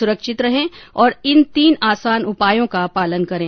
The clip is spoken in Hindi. सुरक्षित रहें और इन तीन आसान उपायों का पालन करें